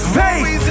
faith